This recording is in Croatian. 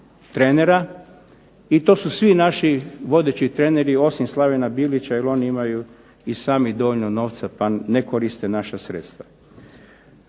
trenera. I to su svi naši vodeći treneri osim Slavena Bilića jel oni imaju i sami dovoljno novca pa ne koriste naša sredstva.